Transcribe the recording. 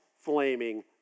flaming